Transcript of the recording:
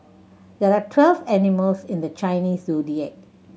there are twelve animals in the Chinese Zodiac